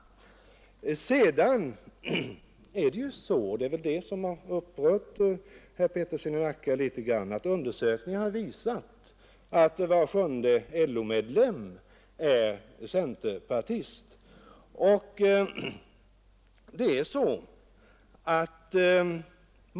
Vad som upprört herr Peterson i Nacka är väl att undersökningar har visat att var sjunde LO-medlem är centerpartist.